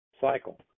cycle